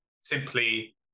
simply